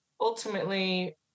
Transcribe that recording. ultimately